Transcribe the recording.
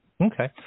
Okay